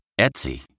Etsy